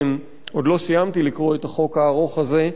עוד לא סיימתי לקרוא את החוק הארוך הזה,